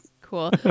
Cool